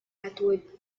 atwood